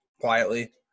quietly